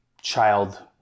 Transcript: child